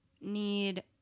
need